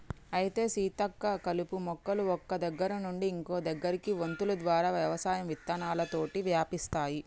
అయితే సీతక్క కలుపు మొక్కలు ఒక్క దగ్గర నుండి ఇంకో దగ్గరకి వొంతులు ద్వారా వ్యవసాయం విత్తనాలతోటి వ్యాపిస్తాయి